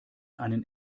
einen